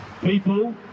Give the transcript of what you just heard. people